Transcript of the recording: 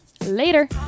Later